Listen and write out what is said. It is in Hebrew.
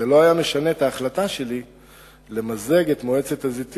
זה לא היה משנה את ההחלטה שלי למזג אחר כך את מועצת הזיתים